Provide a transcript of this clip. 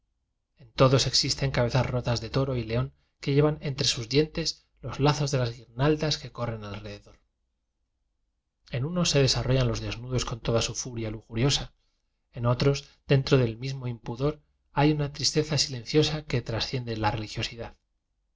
todos exis ten cabezas rotas de toro y león que llevan entre sus dientes los lazos de las guirnaldas que corren alrededor en unos se desarrollan los desnudos con toda su furia lujuriosa en otros dentro del mismo impudor hay una tristeza silenciosa que trasciende a religiosidad